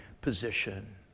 position